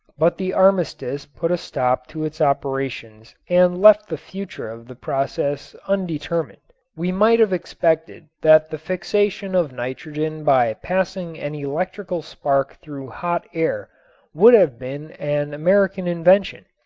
but the armistice put a stop to its operations and left the future of the process undetermined. we might have expected that the fixation of nitrogen by passing an electrical spark through hot air would have been an american invention,